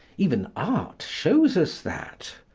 even art shows us that.